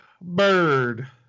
Bird